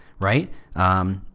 right